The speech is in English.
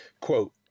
quote